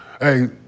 Hey